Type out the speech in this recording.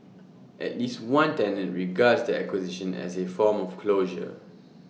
at least one tenant regards the acquisition as A form of closure